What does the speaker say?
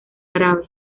grave